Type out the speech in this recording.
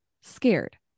scared